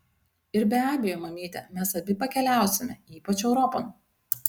ir be abejo mamyte mes abi pakeliausime ypač europon